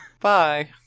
Bye